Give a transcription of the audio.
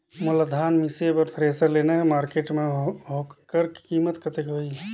मोला धान मिसे बर थ्रेसर लेना हे मार्केट मां होकर कीमत कतेक होही?